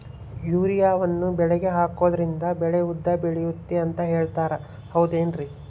ಯೂರಿಯಾವನ್ನು ಬೆಳೆಗೆ ಹಾಕೋದ್ರಿಂದ ಬೆಳೆ ಉದ್ದ ಬೆಳೆಯುತ್ತೆ ಅಂತ ಹೇಳ್ತಾರ ಹೌದೇನ್ರಿ?